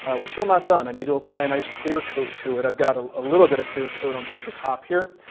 we're still not done. i need to apply a nice clear coat to it. i've got ah a little bit of clear coat on some of the top here.